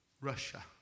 Russia